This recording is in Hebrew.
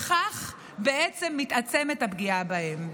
כך בעצם מתעצמת הפגיעה בהם.